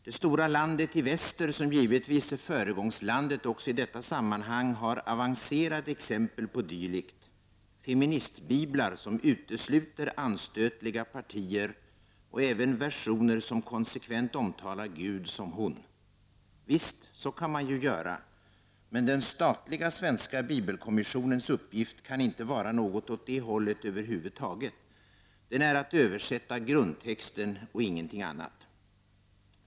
Det stora lander i väster, som givetvis är föregångsland också i detta sammanhang, har avancerade exempel på dylikt: Feministbiblar som utesluter anstötliga partier och även versioner som konsekvent omtalar Gud som ”hon”. Visst, så kan man ju göra. Men den statliga svenska bibelkommissionens uppgift kan inte vara något åt det hållet över huvud taget: Den är att översätta grundtexten och ingenting annat.